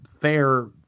fair